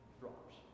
drops